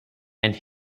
and